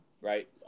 right